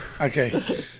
Okay